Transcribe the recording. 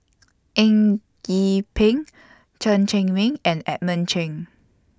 Eng Gee Peng Chen Cheng Mei and Edmund Cheng